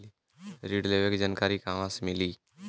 ऋण लेवे के जानकारी कहवा से मिली?